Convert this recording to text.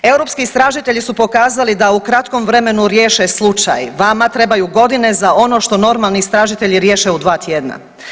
Europski istražitelji su pokazali da u kratkom vremenu riješe slučaj, vama trebaju godine za ono što normalni istražitelji riješe u dva tjedna.